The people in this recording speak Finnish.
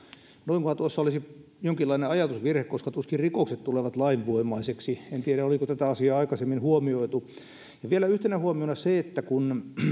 noinkohan tuossa olisi jonkinlainen ajatusvirhe koska tuskin rikokset tulevat lainvoimaiseksi en tiedä oliko tätä asiaa aikaisemmin huomioitu vielä yhtenä huomiona se että kun